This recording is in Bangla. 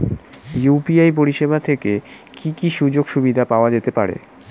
ইউ.পি.আই পরিষেবা থেকে কি কি সুযোগ সুবিধা পাওয়া যেতে পারে?